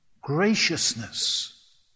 graciousness